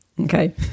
Okay